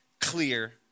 clear